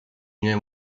nie